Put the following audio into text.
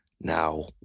Now